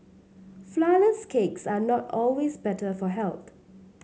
flourless cakes are not always better for health